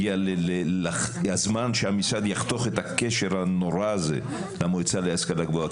הגיע הזמן שהמשרד יחתוך את הקשר הנורא הזה למועצה להשכלה גבוהה,